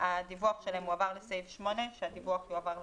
הדיווח שלהם הועבר לסעיף 8, שהדיווח יועבר לוועדה.